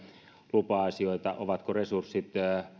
lupa asioita ovatko resurssit